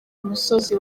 musozi